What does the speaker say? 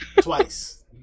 Twice